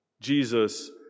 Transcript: Jesus